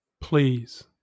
Please